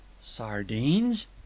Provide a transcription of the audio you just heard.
Sardines